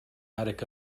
attic